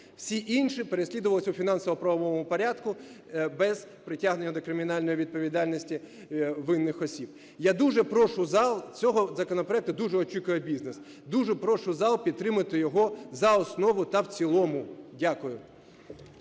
Всі інші переслідулись у фінансово-правовому порядку без притягнення до кримінальної відповідальності винних осіб. Я дуже прошу зал, цього законопроекту дуже очікує бізнес, дуже прошу зал підтримати його за основу та в цілому. Дякую.